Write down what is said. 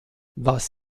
was